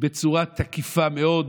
בצורה תקיפה מאוד.